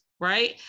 Right